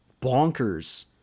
bonkers